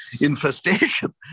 infestation